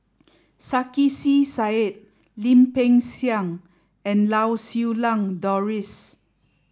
Sarkasi Said Lim Peng Siang and Lau Siew Lang Doris